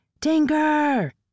Tinker